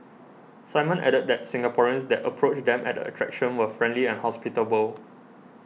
Simon added that Singaporeans that approached them at the attraction were friendly and hospitable